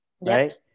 right